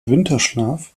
winterschlaf